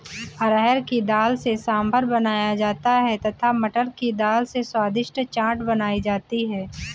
अरहर की दाल से सांभर बनाया जाता है तथा मटर की दाल से स्वादिष्ट चाट बनाई जाती है